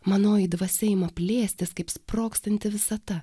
manoji dvasia ima plėstis kaip sprogstanti visata